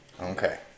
okay